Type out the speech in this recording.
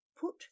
put